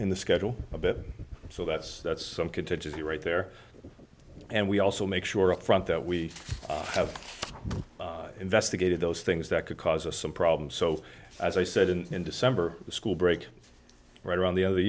in the schedule a bit so that's that's some contingency right there and we also make sure up front that we have investigated those things that could cause a some problem so as i said in december school break right around the other